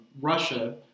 Russia